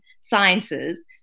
sciences